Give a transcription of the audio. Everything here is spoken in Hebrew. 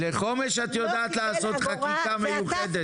-- לחומש את יודעת לעשות חקיקה מיוחדת.